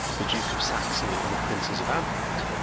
the duke of saxony and the princes of anhalt,